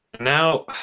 Now